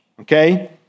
Okay